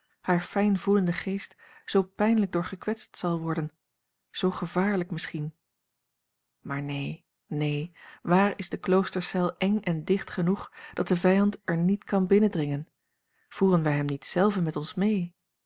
haar fijnvoelende geest zoo pijnlijk door gekwetst zal worden zoo gevaarlijk misschien maar neen neen waar is de kloostercel eng en dicht genoeg dat de vijand er niet kan binnendringen voeren wij hem niet zelven met ons mee